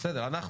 בסדר,